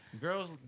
Girls